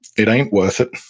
it ain't worth it.